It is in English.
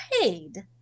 paid